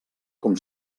com